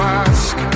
ask